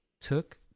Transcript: took